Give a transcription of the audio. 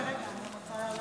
רגע, רגע, אני רוצה לעלות.